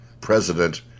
president